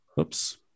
Oops